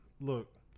Look